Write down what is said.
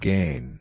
Gain